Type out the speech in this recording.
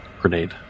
grenade